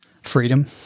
freedom